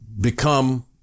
become